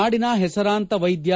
ನಾಡಿನ ಹೆಸರಾಂತ ವೈದ್ಯ